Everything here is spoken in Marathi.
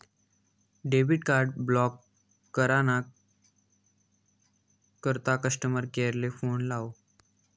डेबिट कार्ड ब्लॉक करा ना करता कस्टमर केअर ले फोन लावो